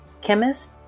chemist